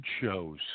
shows